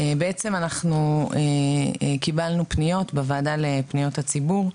בעצם אנחנו קיבלנו פניות בוועדה לפניות הציבור,